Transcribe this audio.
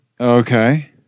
Okay